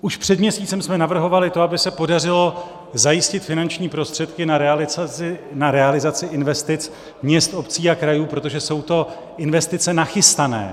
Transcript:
Už před měsícem jsme navrhovali to, aby se podařilo zajistit finanční prostředky na realizaci investic měst, obcí a krajů, protože jsou to investice nachystané.